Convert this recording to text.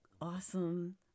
awesome